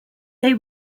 they